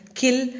kill